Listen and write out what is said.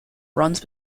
runs